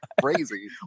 Crazy